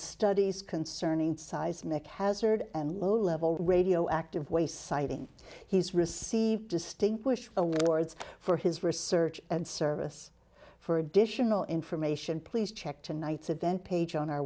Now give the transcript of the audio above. studies concerning seismic hazard and low level radioactive waste siting he's received distinguished a wards for his research service for additional information please check tonight's event page on